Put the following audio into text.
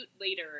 later